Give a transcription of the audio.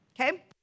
okay